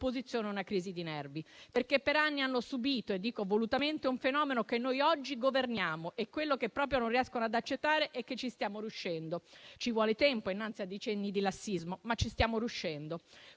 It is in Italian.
all'opposizione una crisi di nervi: per anni hanno subìto - e dico volutamente - un fenomeno che noi oggi governiamo e quello che proprio non riesce ad accettare è che ci stiamo riuscendo. Ci vuole tempo innanzi a decenni di lassismo, ma ci stiamo riuscendo.